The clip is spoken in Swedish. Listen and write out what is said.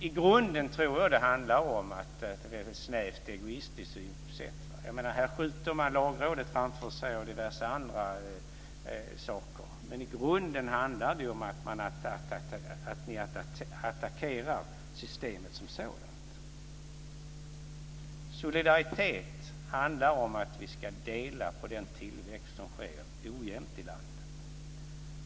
I grunden tror jag att det handlar om ett snävt egoistiskt synsätt. Här skjuter man Lagrådet och diverse andra saker framför sig. Men i grunden handlar det om att ni attackerar systemet som sådant. Solidaritet handlar om att vi ska dela på den tillväxt som sker ojämnt i landet.